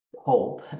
hope